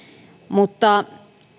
mutta